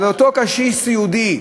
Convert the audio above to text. אותו קשיש סיעודי,